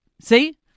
See